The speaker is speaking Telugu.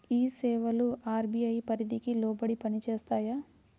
ఈ సేవలు అర్.బీ.ఐ పరిధికి లోబడి పని చేస్తాయా?